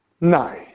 No